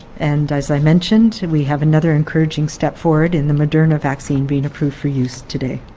and as i mentioned, we have another encouraging step forward in the moderna vaccine being approved for use today.